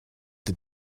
the